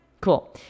cool